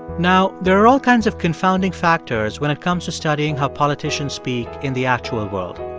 now, there are all kinds of confounding factors when it comes to studying how politicians speak in the actual world,